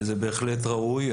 וזה בהחלט ראוי.